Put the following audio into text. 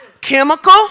chemical